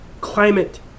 climate